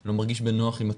אני לא מרגיש בנוח עם עצמי',